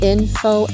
Info